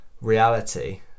reality